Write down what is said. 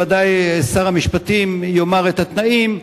ודאי שר המשפטים יאמר את התנאים,